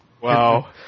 Wow